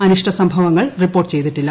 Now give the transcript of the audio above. അനിഷ്ട സംഭവങ്ങൾ റിപ്പോർട്ട് ചെയ്തിട്ടില്ല